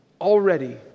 Already